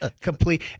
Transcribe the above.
complete